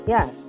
Yes